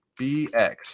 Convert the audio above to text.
BX